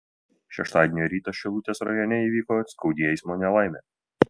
šeštadienio rytą šilutės rajone įvyko skaudi eismo nelaimė